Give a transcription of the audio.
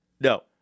No